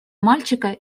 мальчика